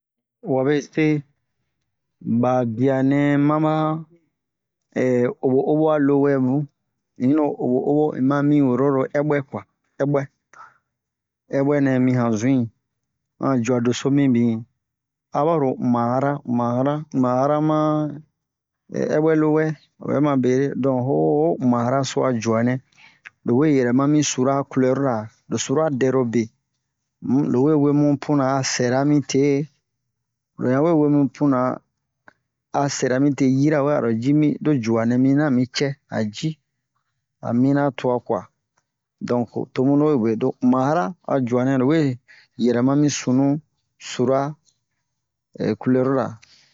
Wabe se ba bia nɛ ma ba obo'obo'a lowɛ bun unyi ro obo'obo un ma mi woro lo ɛbwɛ kwa ɛbwɛ ɛbwɛ nɛ mi han zu'in han jua doso mibin a baro uma'ara uma'ara uma'ara ma ɛbwɛ lowɛ o bɛ ma mu bere don o ho uma'ara so a juanɛ lo we yɛrɛ ma mi sura culɛr ra lo sura dɛrobe um lo we webun puna a sɛra mi te lo yan we webun puna a sɛra mite yirawe aro ji mi lo juanɛ mi mina a mi cɛ a ji a mina twa kwa donk to mu lowe we lo uma'ara a juanɛ lowe yɛrɛma mi sunu sura culɛru ra